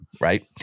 right